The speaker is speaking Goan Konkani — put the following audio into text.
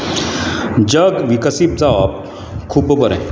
जग विकसीत जावप खूब बरें